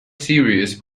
series